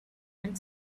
and